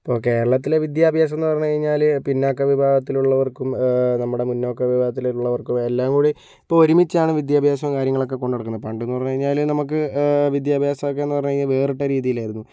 ഇപ്പോൾ കേരളത്തിലെ വിദ്യാഭ്യാസം എന്ന് പറഞ്ഞുകഴിഞ്ഞാൽ പിന്നോക്ക വിഭാഗത്തിലുള്ളവർക്കും നമ്മുടെ മുന്നോക്ക വിഭാഗത്തിലുള്ളവർക്കും എല്ലാം കൂടി ഇപ്പോൾ ഒരുമിച്ചാണ് വിദ്യാഭ്യാസവും കാര്യങ്ങളൊക്കെ കൊണ്ടു നടക്കണത് പണ്ടെന്ന് പറഞ്ഞു കഴിഞ്ഞാൽ നമുക്ക് വിദ്യാഭ്യാസമൊക്കെന്ന് പറഞ്ഞ് കഴിഞ്ഞാൽ വേറിട്ട രീതിയിലായിരുന്നു